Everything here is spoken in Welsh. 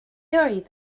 oedd